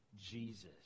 Jesus